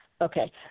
Okay